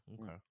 Okay